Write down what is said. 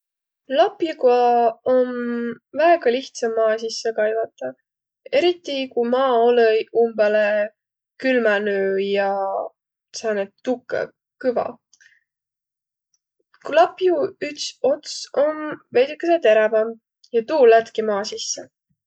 Lapjuga om väega lihtsa maa sisse kaivata. Eriti ku maa olõ-i umbõlõ külmänü ja sääne tukõv, kõva. Tuu lapju üts ots om veidükese terävämb ja tuu lättki maa sisse.